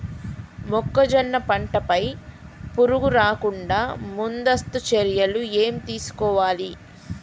మొక్కజొన్న పంట పై పురుగు రాకుండా ముందస్తు చర్యలు ఏం తీసుకోవాలి?